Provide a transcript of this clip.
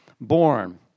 born